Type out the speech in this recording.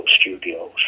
studios